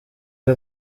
uri